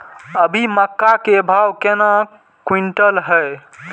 अभी मक्का के भाव केना क्विंटल हय?